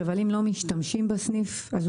אם לא משתמשים בסניף.